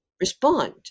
respond